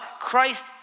Christ